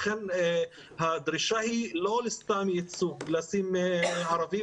לכן הדרישה היא לא לסתם ייצוג של ערבי,